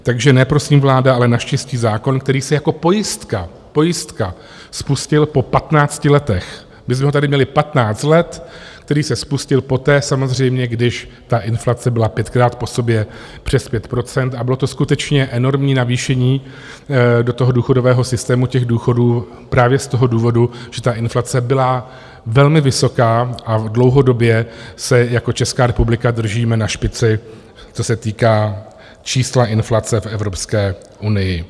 Takže ne prosím vláda, ale naštěstí zákon, který se jako pojistka pojistka spustil po 15 letech, my jsme ho tady měli 15 let, který se spustil poté samozřejmě, když inflace byla pětkrát po sobě přes 5 % a bylo to skutečně enormní navýšení do důchodového systému těch důchodů právě z toho důvodu, že ta inflace byla velmi vysoká a dlouhodobě se jako Česká republika držíme na špici, co se týká čísla inflace v Evropské unii.